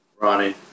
Ronnie